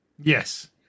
Yes